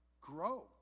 Grow